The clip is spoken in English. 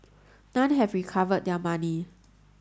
none have recovered their money